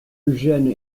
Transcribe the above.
eugène